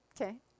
Okay